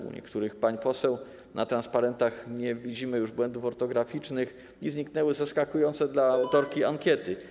U niektórych pań poseł na transparentach nie widzimy już błędów ortograficznych i zniknęły zaskakujące dla autorki ankiety.